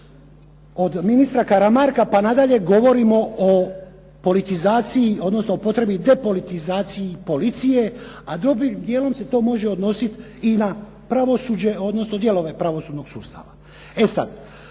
od ministra Karamarka pa nadalje, govorimo o politizaciji odnosno o potrebi depolitizacije policije, a dobrim dijelom se to može odnositi i na pravosuđe odnosno dijelove pravosudnog sustava. E sad